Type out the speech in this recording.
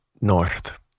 north